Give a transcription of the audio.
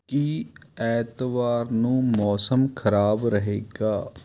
ਕੀ ਐਤਵਾਰ ਨੂੰ ਮੌਸਮ ਖਰਾਬ ਰਹੇਗਾ